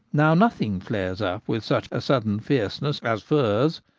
now nothing flares up with such a sudden fierceness as furze,